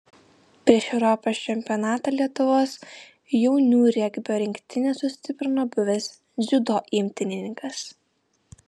prieš europos čempionatą lietuvos jaunių regbio rinktinę sustiprino buvęs dziudo imtynininkas